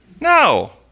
No